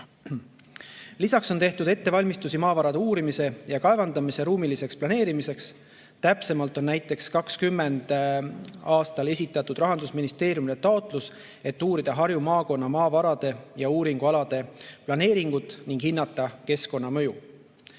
Lisaks on tehtud ettevalmistusi maavarade uurimise ja kaevandamise ruumiliseks planeerimiseks. Täpsemalt on näiteks 2020. aastal esitatud Rahandusministeeriumile taotlus, et uurida Harju maakonna maavarade ja uuringualade planeeringut ning hinnata keskkonnamõju.